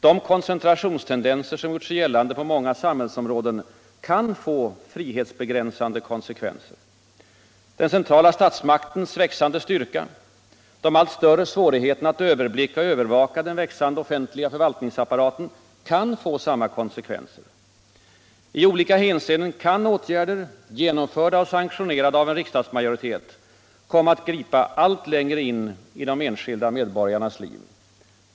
De koncentrationstendenser som gjort sig gällande på många samhällsområden kan få frihetsbegränsande konsekvenser. Den centrala statsmaktens växande styrka, de allt större svårigheterna att överblicka och övervaka den växande offentliga förvaltningsapparaten, kan få samma konsekvenser. I olika hänseenden kan åtgärder, genomförda och sanktionerade av en riksdagsmajoritet, komma att gripa allt längre in i de enskilda medborgarnas liv.